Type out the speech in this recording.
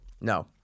No